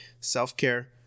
Self-care